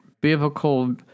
biblical